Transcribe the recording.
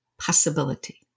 possibility